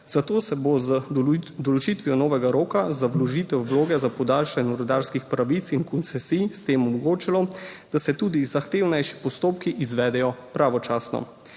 Zato se bo z določitvijo novega roka za vložitev vloge za podaljšanje rudarskih pravic in koncesij, s tem omogočilo, da se tudi zahtevnejši postopki izvedejo pravočasno.